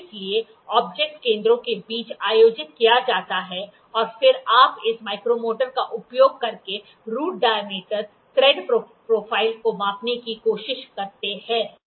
इसलिए ऑब्जेक्ट केंद्रों के बीच आयोजित किया जाता है और फिर आप इस माइक्रोमीटर का उपयोग करके रूट डायमीटर थ्रेड प्रोफाइल को मापने की कोशिश करते हैं